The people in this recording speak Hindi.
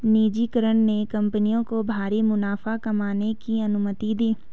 निजीकरण ने कंपनियों को भारी मुनाफा कमाने की अनुमति दी